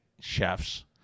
chefs